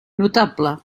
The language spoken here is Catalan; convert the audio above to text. notable